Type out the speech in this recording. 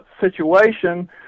situation